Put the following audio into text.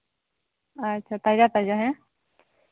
ᱟᱪᱪᱷᱟ ᱛᱟᱡᱟ ᱛᱟᱡᱟ ᱦᱮᱸ